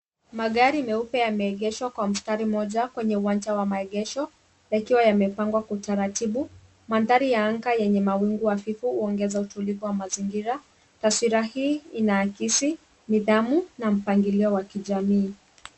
Magari meupe yameegeshwa kwa mstari mmoja, kwenye uwanja wa maegesho, yakiwa yamepangwa kwa utaratibu. Madhari ya anga yenye mawingu hafifu, huongeza utulivu wa mazingira. Taswira hii, inaakisi nidhamu na mpangilio wa kijamii.